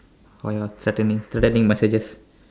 for your threatening threatening messages